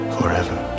Forever